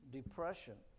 depression